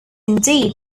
indeed